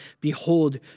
Behold